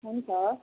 हुन्छ